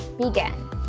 begin